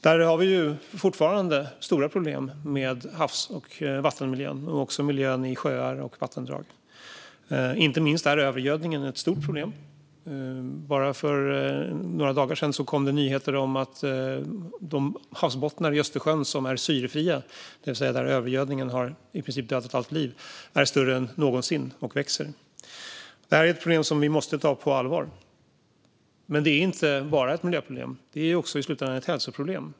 Där har vi fortfarande stora problem med havs och vattenmiljön och miljön i sjöar och vattendrag. Inte minst är övergödningen ett stort problem. För bara några dagar sedan kom nyheter om att de havsbottnar i Östersjön som är syrefria, det vill säga där övergödningen i princip har dödat allt liv, är större än någonsin och växer. Det här är ett problem som vi måste ta på allvar. Men det är inte bara ett miljöproblem; det är i slutändan också ett hälsoproblem.